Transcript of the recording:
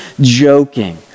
joking